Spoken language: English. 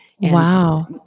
Wow